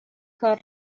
کار